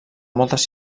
moltes